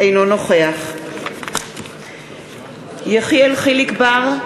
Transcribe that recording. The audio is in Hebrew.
אינו נוכח יחיאל חיליק בר,